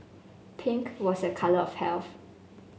pink was a colour of health